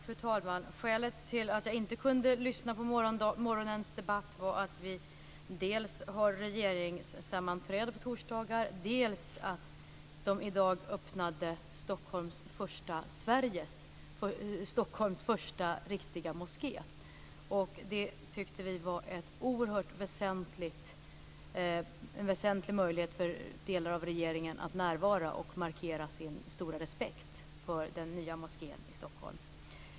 Fru talman! Skälet till att jag inte kunde lyssna på morgonens debatt var dels att vi har regeringssammanträde på torsdagar, dels att man i dag öppnade Stockholms första riktiga moské. Vi tyckte att det var en oerhört väsentligt möjlighet för delar av regeringen att närvara och markera sin stora respekt för den nya moskén i Stockholm.